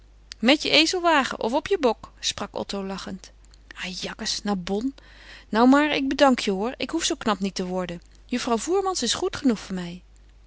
met je ezelwagen of op je bok sprak otto lachend ajakkes naar bonn nou maar ik bedank je hoor ik hoef zoo knap niet te worden juffrouw voermans is goed genoeg voor mij